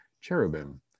cherubim